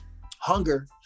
hunger